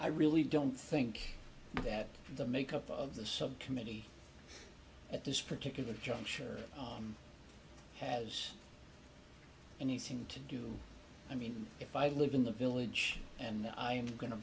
i really don't think that the makeup of the subcommittee at this particular juncture has anything to do i mean if i live in the village and i'm going to